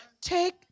Take